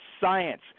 science